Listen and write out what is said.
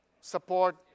support